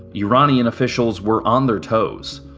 iranian officials were on their toes.